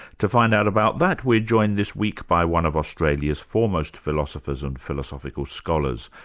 to find out about that we're joined this week by one of australia's foremost philosophers and philosophical scholars,